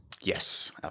Yes